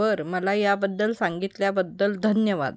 बरं मला याबद्दल सांगितल्याबद्दल धन्यवाद